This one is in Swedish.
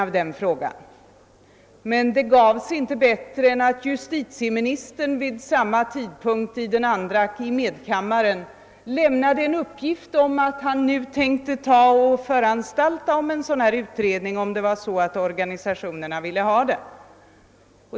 Men det begav sig inte bättre än att justitieministern vid samma tidpunkt i medkammaren lämnade en uppgift om att han nu tänkte föranstalta om en sådan utredning eftersom organisationerna ville ha den.